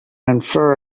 infer